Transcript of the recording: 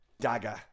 Dagger